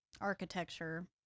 Architecture